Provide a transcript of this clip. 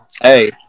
Hey